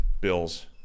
Bills